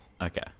Okay